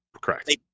Correct